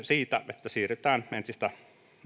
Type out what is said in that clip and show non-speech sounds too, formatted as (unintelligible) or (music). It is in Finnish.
(unintelligible) siitä että siirrytään entistä